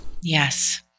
Yes